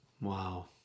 Wow